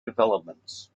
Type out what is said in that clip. developments